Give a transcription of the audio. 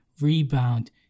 rebound